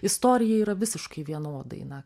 istorijai yra visiškai vienodai na